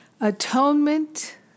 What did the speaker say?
Atonement